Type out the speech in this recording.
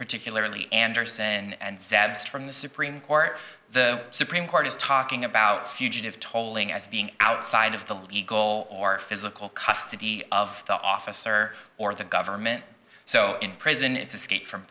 particularly anderson and saddest from the supreme court the supreme court is talking about fugitive tolling as being outside of the legal or physical custody of the officer or the government so in prison it's escape from